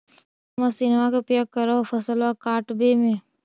कौन मसिंनमा के उपयोग कर हो फसलबा काटबे में?